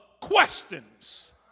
questions